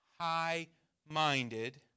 high-minded